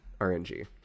RNG